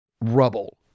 rubble